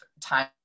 time